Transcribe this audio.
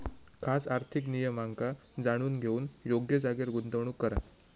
खास आर्थिक नियमांका जाणून घेऊन योग्य जागेर गुंतवणूक करा